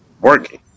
Working